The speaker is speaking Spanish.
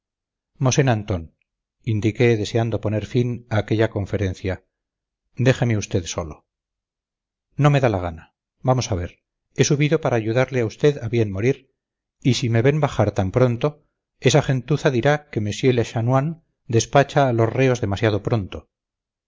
mosén antón indiqué deseando poner fin a aquella conferencia déjeme usted solo no me da la gana vamos a ver he subido para ayudarle a usted a bien morir y si me ven bajar tan pronto esa gentuza dirá que monsieur le chanoine despacha a los reos demasiado pronto